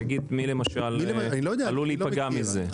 תגיד מי למשל עלול להיפגע מזה?